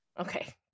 Okay